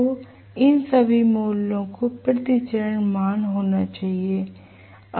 तो इन सभी मूल्यों को प्रति चरण मान होना चाहिए